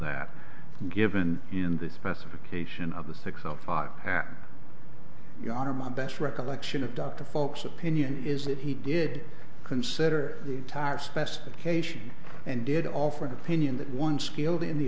that given in the specification of the six of five that your honor my best recollection of dr folks opinion is that he did consider the entire specification and did offer an opinion that one skilled in the